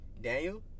Daniel